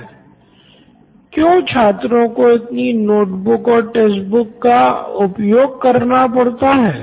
Nitin Kurian COO Knoin electronics क्यों छात्रों को इतनी नोटबुक और टेक्स्ट बुक का उपयोग करना पड़ता है